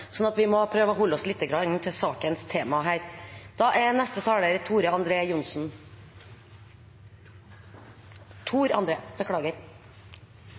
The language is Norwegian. vi må prøve å holde oss lite grann til sakens tema